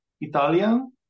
Italian